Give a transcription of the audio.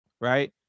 Right